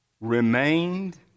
remained